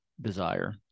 desire